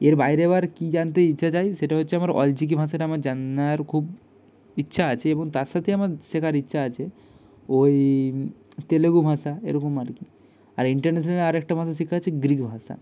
এর বায়রে আবার কী জানতে ইচ্ছা চাই সেটা হচ্ছে আমার অলচিকি ভাষাটা আমার জান্নার খুব ইচ্ছা আচে এবং তার সাথে আমার শেখার ইচ্ছা আছে ওই তেলেগু ভাষা এরকম আর কী আর ইন্টারন্যাশেনাল আর একটা ভাষা শেখা আছে গ্রীক ভাষা